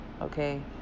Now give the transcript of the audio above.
okay